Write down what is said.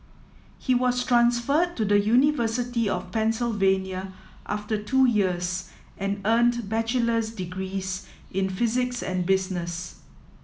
he was transferred to the University of Pennsylvania after two years and earned bachelor's degrees in physics and business